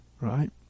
right